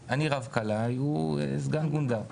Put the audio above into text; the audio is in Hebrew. אני רב-כלאי והוא סגן גונדר.